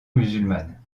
musulmane